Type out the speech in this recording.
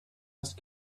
ice